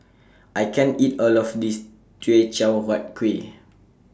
I can't eat All of This Teochew Huat Kuih